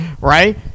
right